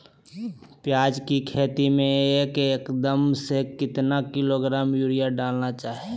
प्याज की खेती में एक एकद में कितना किलोग्राम यूरिया डालना है?